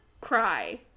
cry